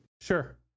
Sure